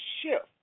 shift